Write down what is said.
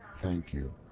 thank you.